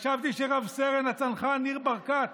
חשבתי שרב סרן הצנחן ניר ברקת